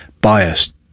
biased